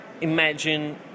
imagine